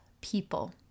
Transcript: people